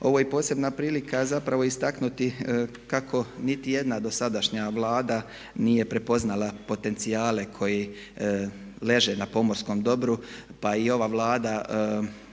Ovo je i posebna prilika zapravo istaknuti kako niti jedna dosadašnja Vlada nije prepoznala potencijale koji leže na pomorskom dobru pa i ova Vlada